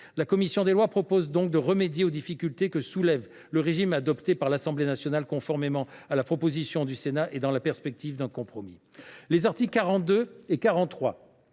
a été conservé. Nous proposons donc de remédier aux difficultés que soulève le régime adopté par l’Assemblée nationale, conformément à la position du Sénat et dans la perspective d’un compromis. Les articles 42 et 43,